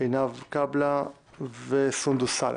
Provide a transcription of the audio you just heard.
עינב קאבלה וסונדוס סאלח.